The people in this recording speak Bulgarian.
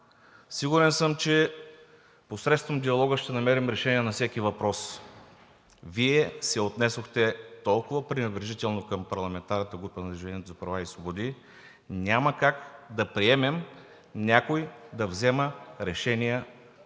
Сигурен съм, че посредством диалога ще намерим решение на всеки въпрос. Вие се отнесохте толкова пренебрежително към парламентарната група на „Движение за права и свободи“. Няма как да приемем някой да взема решения вместо нас.